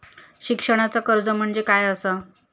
शिक्षणाचा कर्ज म्हणजे काय असा?